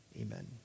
Amen